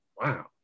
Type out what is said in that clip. wow